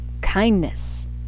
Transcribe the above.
kindness